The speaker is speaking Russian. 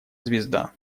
звезда